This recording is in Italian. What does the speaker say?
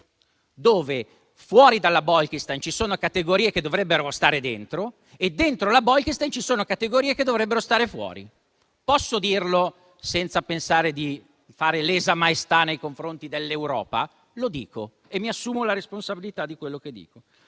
male; fuori dalla Bolkestein ci sono categorie che dovrebbero stare dentro e dentro la Bolkestein ci sono categorie che dovrebbero stare fuori. Posso dirlo senza pensare di commettere una lesa maestà nei confronti dell'Europa? Lo dico e mi assumo la responsabilità di quello che dico.